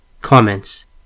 Comments